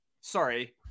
sorry